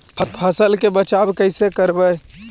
फसल के बचाब कैसे करबय?